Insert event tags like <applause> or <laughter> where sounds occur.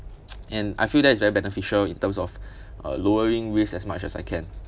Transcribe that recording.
<noise> and I feel that it's very beneficial in terms of uh lowering risk as much as I can